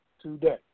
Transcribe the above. today